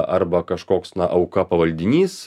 arba kažkoks na auka pavaldinys